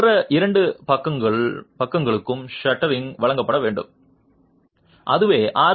மற்ற இரண்டு பக்கங்களுக்கும் ஷட்டரிங் வழங்கப்பட வேண்டும் அதுவே ஆர்